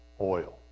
oil